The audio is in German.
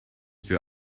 für